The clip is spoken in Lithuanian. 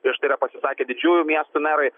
prieš tai yra pasisakę didžiųjų miestų merai